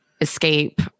escape